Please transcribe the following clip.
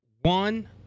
one